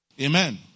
Amen